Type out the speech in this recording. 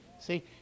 See